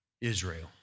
Israel